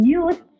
use